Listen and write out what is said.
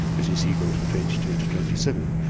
as you see going from twenty two to twenty seven,